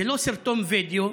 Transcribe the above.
זה לא סרטון וידיאו,